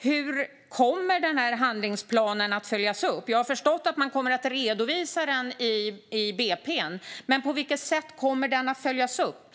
Hur kommer handlingsplanen att följas upp? Jag har förstått att man tänker redovisa den i budgetpropositionen. Men på vilket sätt kommer den att följas upp?